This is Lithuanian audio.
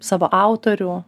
savo autorių